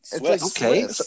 Okay